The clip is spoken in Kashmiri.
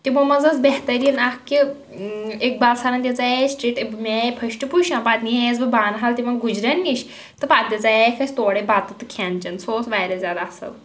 تِمو منٛز ٲس بہتریٖن اکھ کہِ اقبال سَرن دِژے اَسہِ ٹریٖٹ مےٚ آے فٔسٹ پُشَن پَتہٕ نِیہَس بہٕ بانحال تِمن گُجرٮ۪ن نِش تہٕ پَتہٕ دِژییَکھ اَسہِ تورے بَتہٕ تہٕ کھٮ۪ن چٮ۪ن سُہ اوس واریاہ زیادٕ اَصٕل